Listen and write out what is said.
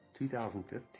2015